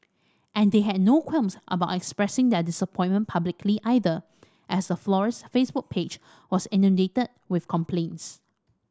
and they had no qualms about expressing their disappointment publicly either as the florist's Facebook page was inundated with complaints